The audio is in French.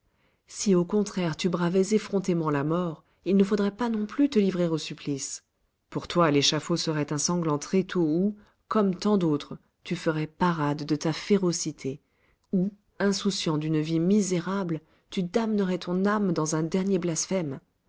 si au contraire tu bravais effrontément la mort il ne faudrait pas non plus te livrer au supplice pour toi l'échafaud serait un sanglant tréteau où comme tant d'autres tu ferais parade de ta férocité où insouciant d'une vie misérable tu damnerais ton âme dans un dernier blasphème